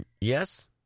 Yes